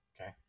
Okay